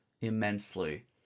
immensely